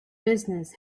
business